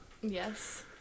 Yes